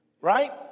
Right